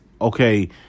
okay